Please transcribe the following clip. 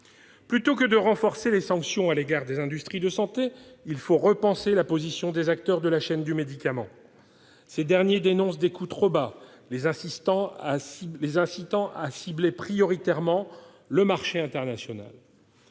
Plutôt que de renforcer les sanctions à l'égard des industries de santé, il faut repenser la position des acteurs de la chaîne du médicament. Ces derniers dénoncent des coûts trop bas, ce qui les incite à cibler prioritairement le marché international.